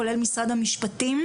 כולל משרד המשפטים.